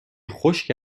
خشک